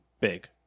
big